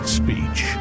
speech